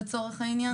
לצורך העניין,